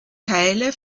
teile